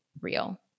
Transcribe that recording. real